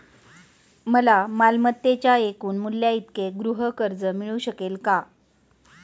मला मालमत्तेच्या एकूण मूल्याइतके गृहकर्ज मिळू शकेल का?